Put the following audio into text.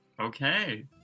Okay